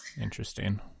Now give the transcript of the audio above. Interesting